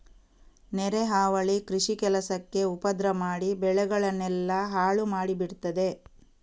ನೆರೆ ಹಾವಳಿ ಕೃಷಿ ಕೆಲಸಕ್ಕೆ ಉಪದ್ರ ಮಾಡಿ ಬೆಳೆಗಳನ್ನೆಲ್ಲ ಹಾಳು ಮಾಡಿ ಬಿಡ್ತದೆ